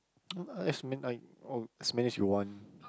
as many like oh as many as you want